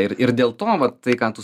ir ir dėl to vat tai ką tu